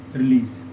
release